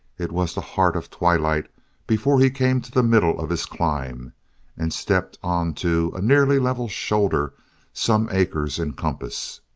it was the heart of twilight before he came to the middle of his climb and stepped onto a nearly level shoulder some acres in compass.